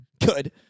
Good